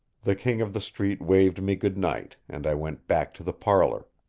the king of the street waved me good night, and i went back to the parlor.